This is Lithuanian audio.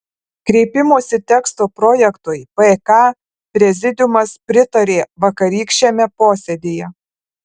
kreipimosi teksto projektui pk prezidiumas pritarė vakarykščiame posėdyje